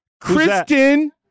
Kristen